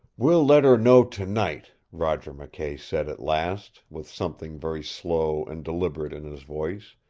we'll let her know tonight, roger mckay said at last, with something very slow and deliberate in his voice.